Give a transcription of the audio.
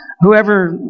Whoever